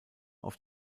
auf